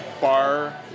bar